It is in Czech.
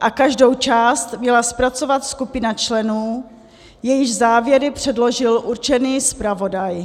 a každou část měla zpracovat skupina členů, jejichž závěry předložil určený zpravodaj.